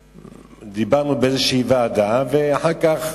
שדיברנו באיזושהי ועדה, ואחר כך,